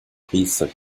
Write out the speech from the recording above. priester